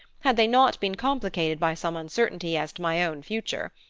had they not been complicated by some uncertainty as to my own future.